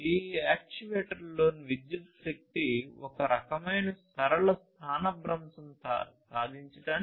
ఈ యాక్యుయేటర్లలోని విద్యుత్ శక్తి ఒక రకమైన సరళ స్థానభ్రంశం సాధించడానికి రూపాంతరం చెందుతుంది